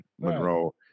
Monroe